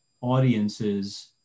audiences